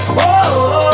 Whoa